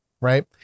right